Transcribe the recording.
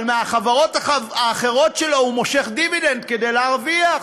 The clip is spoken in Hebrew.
אבל מהחברות האחרות שלו הוא מושך דיבידנד כדי להרוויח?